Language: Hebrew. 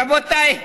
רבותיי,